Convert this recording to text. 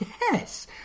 Yes